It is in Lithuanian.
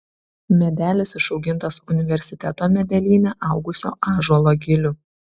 medelis išaugintas universiteto medelyne augusio ąžuolo gilių